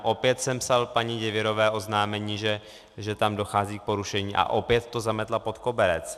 Opět jsem psal paní Děvěrové oznámení, že tam dochází k porušení, a opět to zametla pod koberec.